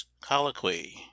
colloquy